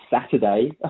Saturday